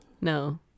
no